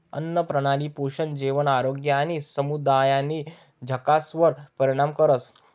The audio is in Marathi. आन्नप्रणाली पोषण, जेवण, आरोग्य आणि समुदायना इकासवर परिणाम करस